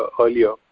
earlier